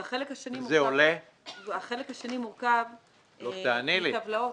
והחלק השני מורכב מטבלאות.